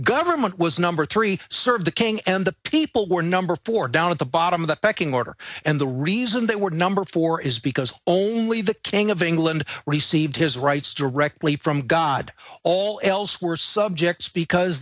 government was number three serve the king and the people were number four down at the bottom of the pecking order and the reason they were number four is because only the king of england received his rights directly from god all else were subjects because